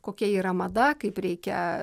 kokia yra mada kaip reikia